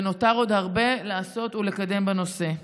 ונותר עוד הרבה לעשות ולקדם בנושא.